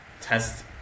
test